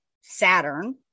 Saturn